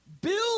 build